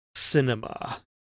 cinema